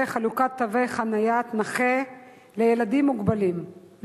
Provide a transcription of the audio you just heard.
חלוקת תווי חניית נכה לילדים מוגבלים,